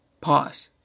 Pause